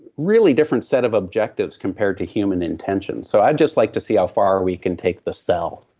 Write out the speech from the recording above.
really different set of objectives compared to human intention. so i'd just like to see how far we can take the cell.